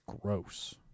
gross